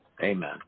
Amen